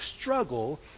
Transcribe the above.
struggle